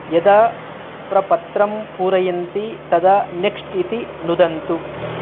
यदा प्रपत्रं पूरयन्ति तदा नेक्स्ट् इति नुदन्तु